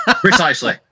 precisely